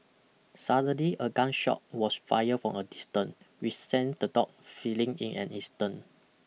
suddenly a gun shot was fired from a distance which sent the dog fleeing in an instant